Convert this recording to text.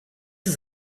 ist